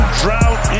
drought